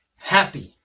happy